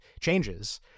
changes